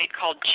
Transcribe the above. called